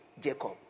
Jacob